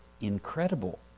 Incredible